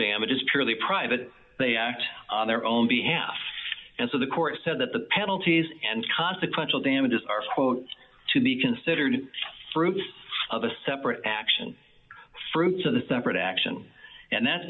damages purely private they act on their own behalf and so the court said that the penalties and consequential damages are quote to be considered fruit of a separate action fruits of the separate action and that's